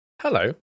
Hello